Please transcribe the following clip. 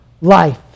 life